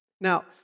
Now